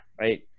right